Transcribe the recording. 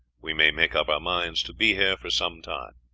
we may make up our minds to be here for some time.